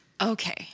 Okay